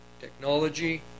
technology